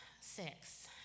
six